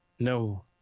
No